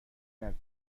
نگو